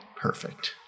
Perfect